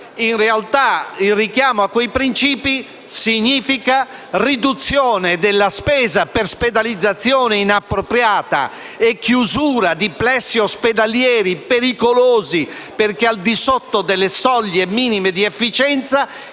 in realtà, il richiamo a quei principi significa riduzione della spesa per spedalizzazione inappropriata, chiusura di plessi ospedalieri pericolosi perché al di sotto delle soglie minime di efficienza